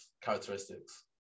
characteristics